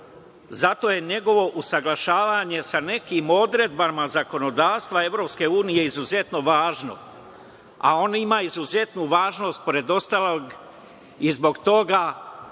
Zato je njegovo usaglašavanje sa nekim odredbama zakonodavstva EU izuzetno važno. On ima izuzetno važnost između ostalog i zbog toga